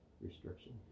restriction